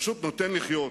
פשוט נותן לחיות.